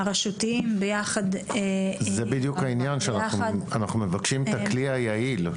זה בדיוק העניין שאנחנו מבקשים את הכלי היעיל,